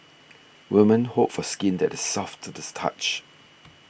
women hope for skin that is soft to this touch